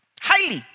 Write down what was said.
Highly